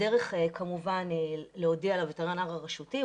הדרך כמובן להודיע לווטרינר הרשותי,